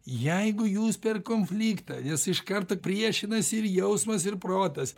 jeigu jūs per konfliktą nes iš karto priešinasi ir jausmas ir protas